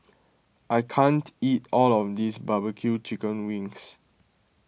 I can't eat all of this Barbecue Chicken Wings